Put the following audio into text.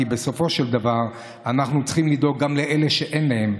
כי בסופו של דבר אנחנו צריכים לדאוג גם לאלה שאין להם,